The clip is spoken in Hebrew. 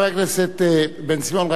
חבר הכנסת בן-סימון,